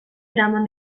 eraman